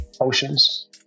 oceans